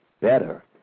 better